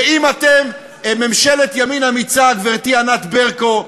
ואם אתם ממשלת ימין אמיצה, גברתי ענת ברקו,